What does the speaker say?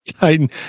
titan